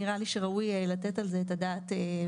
נראה לי שראוי לתת על זה את הדעת בנפרד.